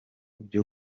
byo